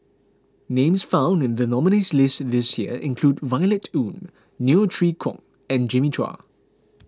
names found in the nominees' list this year include Violet Oon Neo Chwee Kok and Jimmy Chua